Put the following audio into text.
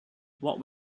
what